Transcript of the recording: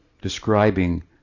describing